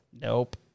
Nope